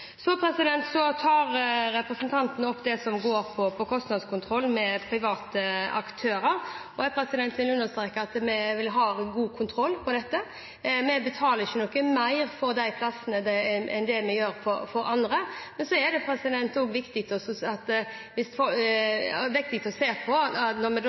Så tar representanten opp det som går på kostnadskontroll med private aktører. Jeg vil understreke at vi har god kontroll på dette. Vi betaler ikke noe mer for disse plassene enn det vi gjør for andre. Men så er det også viktig når vi skal ha anbudskonkurranser, å se til at vi ikke betaler mer enn det vi har gjort for private. Vi har også varslet i reformen at